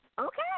okay